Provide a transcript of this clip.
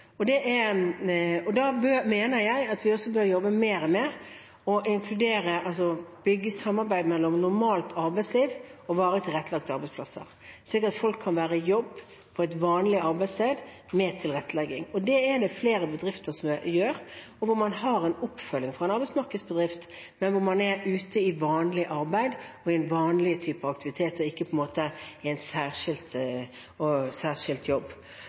Da mener jeg at vi også bør jobbe mer med å bygge samarbeid mellom normalt arbeidsliv og varig tilrettelagte arbeidsplasser, slik at folk kan være i jobb på et vanlig arbeidssted, med tilrettelegging. Det er det flere bedrifter som gjør, hvor man får oppfølging fra en arbeidsmarkedsbedrift, men er ute i vanlig arbeid og i en vanlig type aktivitet og ikke i en særskilt jobb. Det tror jeg beriker dem som har en kollega med psykisk utviklingshemning, og